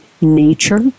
nature